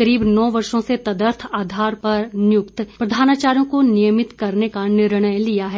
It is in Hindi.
करीब नौ वर्षों से तदर्थ आधार पर नियुक्त प्रधानाचार्यों को नियमित करने का निर्णय लिया है